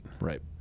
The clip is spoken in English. Right